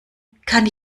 kann